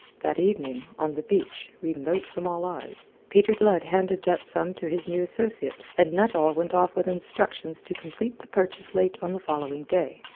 that evening, on the beach, remote from all eyes, peter blood handed that sum to his new associate, and nuttall went off with instructions to complete the purchase late on the following day.